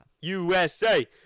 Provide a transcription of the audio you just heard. USA